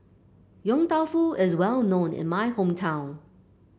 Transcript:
Yong Tau Foo is well known in my hometown